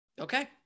Okay